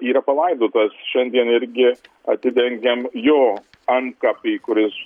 yra palaidotas šiandien irgi atidengiam jo antkapį kuris